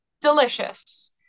delicious